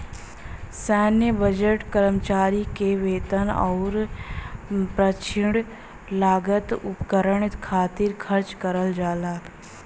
सैन्य बजट कर्मचारी क वेतन आउर प्रशिक्षण लागत उपकरण खातिर खर्च करल जाला